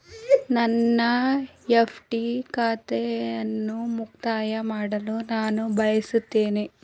ನನ್ನ ಎಫ್.ಡಿ ಖಾತೆಯನ್ನು ಮುಕ್ತಾಯ ಮಾಡಲು ನಾನು ಬಯಸುತ್ತೇನೆ